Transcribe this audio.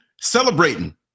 celebrating